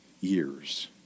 years